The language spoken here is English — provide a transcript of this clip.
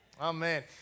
Amen